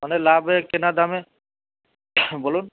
মানে লাভের কেনা দামে বলুন